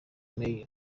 mail